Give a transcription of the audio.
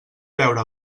veure